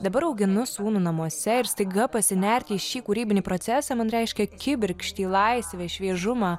dabar auginu sūnų namuose ir staiga pasinerti į šį kūrybinį procesą man reiškė kibirkštį laisvę šviežumą